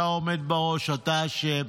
אתה עומד בראש, אתה אשם,